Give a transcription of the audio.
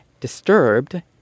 Disturbed